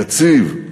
יציב,